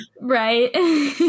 Right